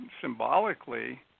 symbolically